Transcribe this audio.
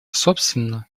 собственно